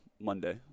Monday